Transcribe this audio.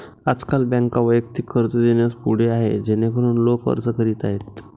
आजकाल बँका वैयक्तिक कर्ज देण्यास पुढे आहेत जेणेकरून लोक अर्ज करीत आहेत